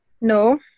No